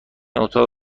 اتاق